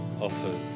offers